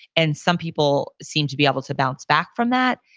and some people seem to be able to bounce back from that,